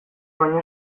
baino